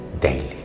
daily